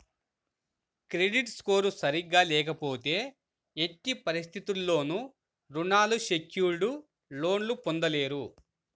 credit score సరిగ్గా లేకపోతే ఎట్టి పరిస్థితుల్లోనూ రుణాలు సెక్యూర్డ్ లోన్లు పొందలేరు